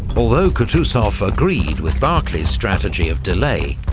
although kutuzov agreed with barclay's strategy of delay,